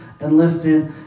enlisted